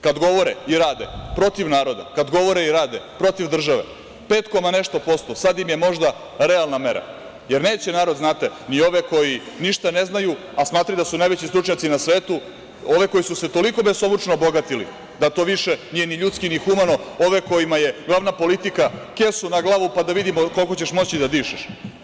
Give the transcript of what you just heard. Kad govore i rade protiv naroda, kada govore i rade protiv države, pet koma nešto posto sad im je možda realna mera, jer neće narod, znate, ni ove koji ništa ne znaju, a smatraju da su najveći stručnjaci na svetu, ove koji su se toliko besomučno obogatili da to više nije ni ljudski ni humano, ove kojima je glavna politika – kesu na glavu, pa da vidimo koliko ćeš moći da dišeš.